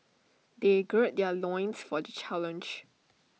they gird their loins for the challenge